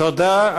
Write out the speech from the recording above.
תודה.